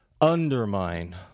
undermine